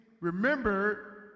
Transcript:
Remember